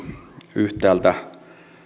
yhtäältä